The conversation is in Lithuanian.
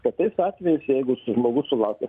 kad tais atvejais jeigu s žmogus sulaukia